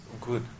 good